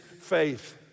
faith